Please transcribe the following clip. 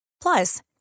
Plus